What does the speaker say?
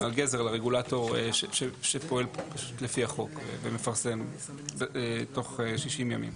הגזר לרגולטור שפועל לפי החוק ומפרסם תוך 60 ימים.